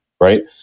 right